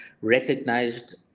recognized